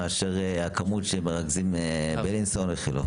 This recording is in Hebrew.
מאשר הכמות שמרכזים בלינסון אפילו.